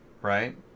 right